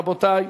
רבותי.